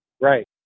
Right